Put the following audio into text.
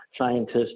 scientists